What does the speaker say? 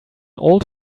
old